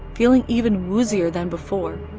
feeling even woozier than before.